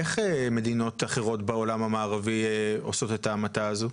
איך מדינות אחרות בעולם המערבי עושות את ההמתה הזה?